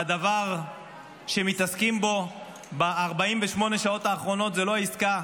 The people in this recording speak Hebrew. והדבר שמתעסקים בו ב-48 שעות האחרונות הוא לא העסקה